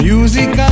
Music